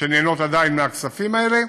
שנהנות עדיין מהכספים האלה.